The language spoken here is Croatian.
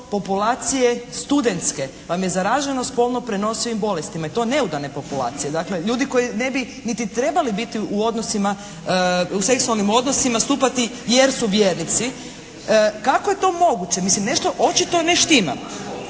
populacije studentske vam je zaraženo spolno prenosivim bolestima i to neudane populacije. Dakle ljudi koji ne bi niti trebali biti u odnosima, u seksualnim odnosima, stupati jer su vjernici kako je to moguće? Mislim nešto očito ne štima.